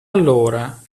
allora